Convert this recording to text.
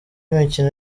imikino